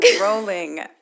rolling